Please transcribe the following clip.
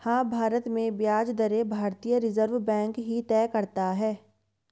हाँ, भारत में ब्याज दरें भारतीय रिज़र्व बैंक ही तय करता है